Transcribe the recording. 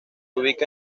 ubica